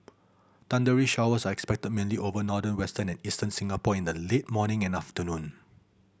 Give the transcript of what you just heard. thundery showers are expected mainly over northern western and eastern Singapore in the late morning and afternoon